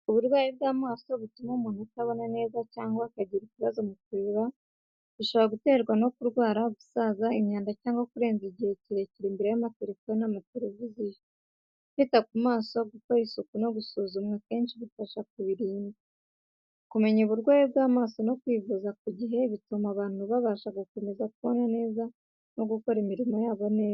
Uburwayi bw’amaso butuma umuntu atabona neza cyangwa akagira ikibazo mu kureba. Bishobora guterwa no kurwara, gusaza, imyanda, cyangwa kurenza igihe kirekire imbere y’amaterefone n’amatereviziyo. Kwita ku maso, gukora isuku no gusuzumwa kenshi bifasha kuburinda. Kumenya uburwayi bw’amaso no kwivuza ku gihe bituma abantu babasha gukomeza kubona neza no gukora imirimo yabo neza.